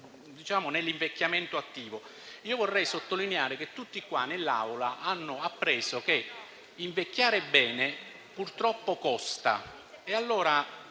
occupa dell'invecchiamento attivo. Vorrei sottolineare che tutti in quest'Aula hanno appreso che invecchiare bene purtroppo costa